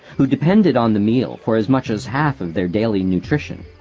who depended on the meal for as much as half of their daily nutrition.